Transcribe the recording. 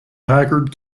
packard